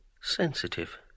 Sensitive